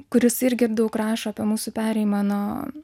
kuris irgi daug rašo apie mūsų perėjimą nuo